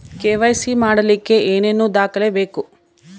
KYC ಮಾಡಲಿಕ್ಕೆ ಏನೇನು ದಾಖಲೆಬೇಕು?